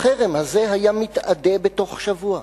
החרם הזה היא מתאדה בתוך שבוע.